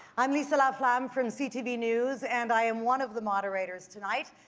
i'm lisa laflamme from ctv news, and i am one of the moderators tonight.